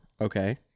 Okay